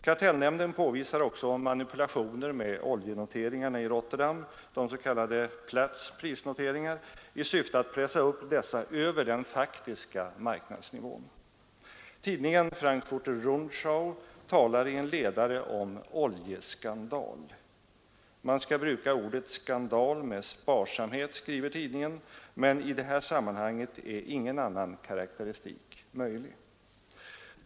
Kartellnämnden påvisar också manipulationer med oljenoteringarna i Rotterdam, de s.k. Platts prisnoteringar, i syfte att pressa upp dessa över den faktiska marknadsnivån. Tidningen Frankfurter Rundschau talar i en ledare om ”oljeskandal”. Man skall bruka ordet ”skandal” med sparsamhet, skriver tidningen, men i det här sammanhanget är ingen annan karakteristik möjlig.